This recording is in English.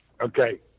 Okay